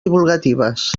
divulgatives